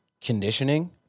conditioning